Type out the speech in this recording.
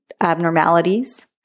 abnormalities